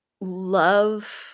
love –